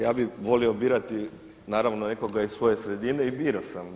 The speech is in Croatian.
Ja bih volio birati naravno nekoga iz svoje sredine i birao sam.